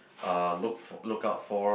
uh look fo~ look out for